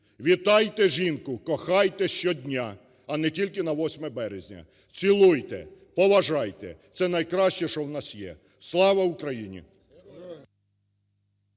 Вітайте жінку, кохайте щодня, а не тільки на 8 Березня. Цілуйте, поважайте. Це найкраще, що у нас є. Слава Україні!